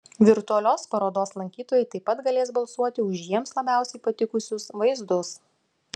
virtualios parodos lankytojai taip pat galės balsuoti už jiems labiausiai patikusius vaizdus